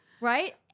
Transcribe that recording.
right